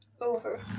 Over